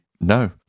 no